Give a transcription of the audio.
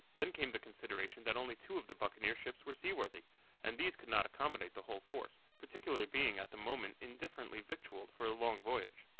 then came the consideration that only two of the buccaneer ships were seaworthy and these could not accommodate the whole force, particularly being at the moment indifferently victualled for a long voyage.